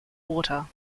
water